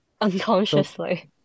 Unconsciously